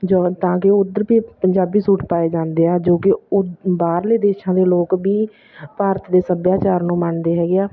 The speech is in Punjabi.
ਜੋ ਤਾਂ ਕਿ ਉੱਧਰ ਵੀ ਪੰਜਾਬੀ ਸੂਟ ਪਾਏ ਜਾਂਦੇ ਆ ਜੋ ਕਿ ਉਦ ਬਾਹਰਲੇ ਦੇਸ਼ਾਂ ਦੇ ਲੋਕ ਵੀ ਭਾਰਤ ਦੇ ਸੱਭਿਆਚਾਰ ਨੂੰ ਮੰਨਦੇ ਹੈਗੇ ਆ